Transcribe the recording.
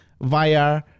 via